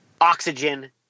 oxygen